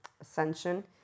ascension